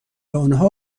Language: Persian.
آنها